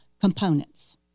components